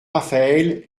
raphaël